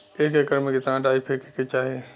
एक एकड़ में कितना डाई फेके के चाही?